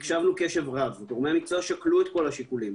הקשבנו קשב רב, גורמי המקצוע שקלו את כל השיקולים.